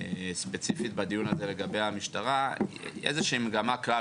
ספציפית בדיון הזה לגבי המשטרה היא איזושהי מגמה כלל